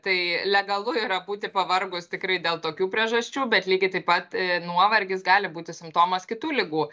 tai legalu yra būti pavargus tikrai dėl tokių priežasčių bet lygiai taip pat nuovargis gali būti simptomas kitų ligų